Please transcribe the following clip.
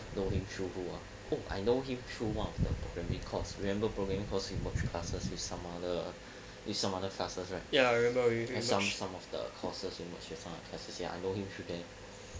know him through who ah oh I know him through one of the programming course remember programming course we merged classes with some other with some other classes right some other classes right some some of the courses merged with other classes ya I know him through there